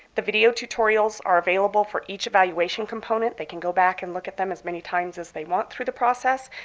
the video tutorials are available for each evaluation component. can go back and look at them as many times as they want through the process.